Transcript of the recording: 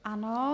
Ano.